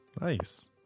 Nice